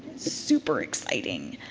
super exciting.